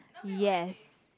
yes